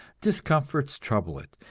discomforts trouble it,